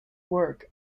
work